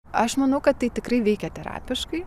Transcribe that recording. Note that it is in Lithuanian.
aš manau kad tai tikrai veikia terapiškai